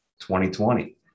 2020